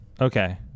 okay